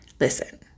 Listen